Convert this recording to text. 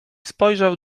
spojrzał